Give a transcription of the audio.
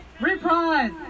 Reprise